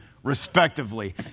respectively